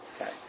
okay